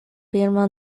birmo